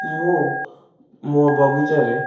ମୁଁ ମୋ ବଗିଚାରେ